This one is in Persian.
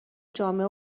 جامع